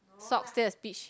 socks say a speech